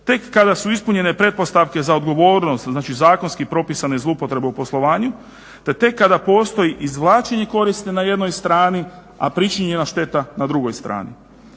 tek kada su ispunjene pretpostavke za odgovornost, znači zakonski propisane zloupotrebe u poslovanju te tek kada postoji izvlačenje koristi na jednoj strani, a pričinjena šteta na drugoj strani.